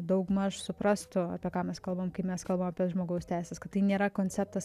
daugmaž suprastų apie ką mes kalbam kai mes kalbam apie žmogaus teises kad tai nėra konceptas